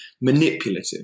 manipulative